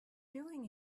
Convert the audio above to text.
doing